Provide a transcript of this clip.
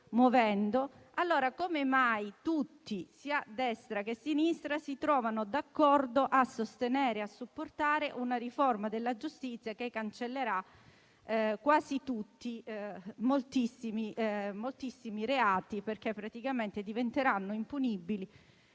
chiedo come mai tutti, sia di destra che di sinistra, si trovino d'accordo a sostenere e supportare una riforma della giustizia che cancellerà moltissimi reati, perché praticamente diventeranno impunibili